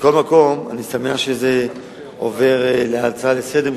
מכל מקום אני שמח שזה עובר להצעה לסדר-היום,